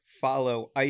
follow